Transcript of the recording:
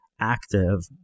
active